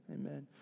Amen